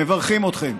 מברכים אתכם.